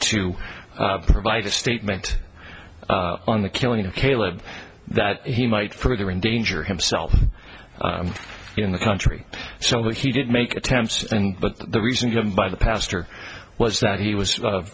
to provide a statement on the killing of caleb that he might put him in danger himself in the country so he didn't make attempts and but the reason given by the pastor was that he was